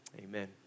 amen